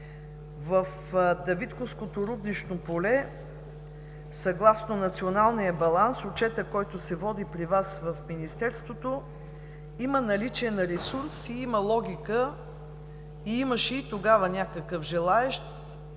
в Давидковското руднично поле съгласно Националния баланс – отчетът, който се води при Вас в Министерството, има наличие на ресурс и има логика. Имаше тогава някакъв желаещ